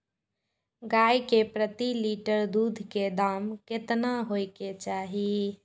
गाय के प्रति लीटर दूध के दाम केतना होय के चाही?